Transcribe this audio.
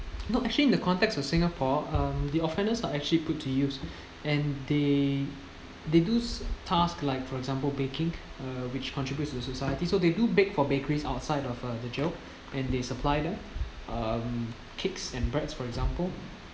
no actually in the context of singapore um the offenders are actually put to use and they they do cer~ task like for example baking uh which contributes to the society so they do bake for bakeries outside of uh the jail and they supply them um cakes and breads for example